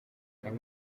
abo